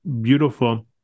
beautiful